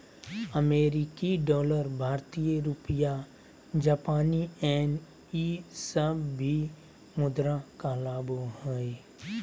अमेरिकी डॉलर भारतीय रुपया जापानी येन ई सब भी मुद्रा कहलाबो हइ